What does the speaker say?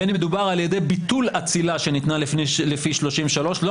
בין אם מדובר על ידי ביטול אצילה שניתנה לפי 33. לא